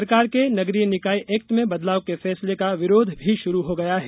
सरकार के नगरीय निकाय एक्ट में बदलाव के फैसले का विरोध भी शुरू हो गया है